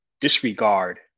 disregard